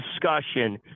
discussion